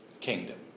kingdom